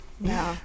No